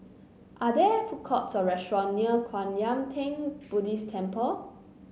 are there food courts or restaurant near Kwan Yam Theng Buddhist Temple